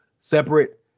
separate